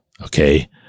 okay